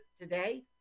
today